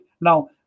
Now